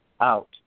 out